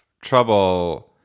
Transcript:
trouble